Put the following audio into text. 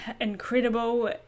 incredible